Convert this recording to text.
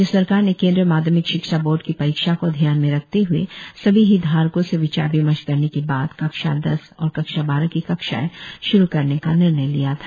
राज्य सरकार ने केंद्रीय माध्यमिक शिक्षा बोर्ड की परीक्षाओं को ध्यान में रखते हए सभी हितधारको से विचार विमर्श करने के बाद कक्षा दस और कक्षा बारह की कक्षाएं शुरु करने का निर्णय लिया था